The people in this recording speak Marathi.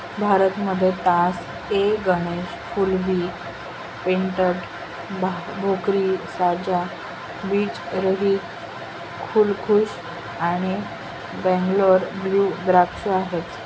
भारतामध्ये तास ए गणेश, गुलाबी, पेर्लेट, भोकरी, साजा, बीज रहित, दिलखुश आणि बंगलोर ब्लू द्राक्ष आहेत